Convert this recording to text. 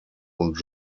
und